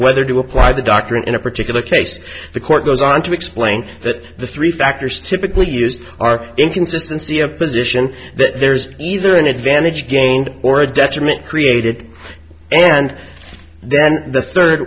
whether to apply the doctrine in a particular case the court goes on to explain that the three factors typically used are inconsistency a position that there's either an advantage gained or a detriment created and then the third